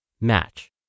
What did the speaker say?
match